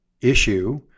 issue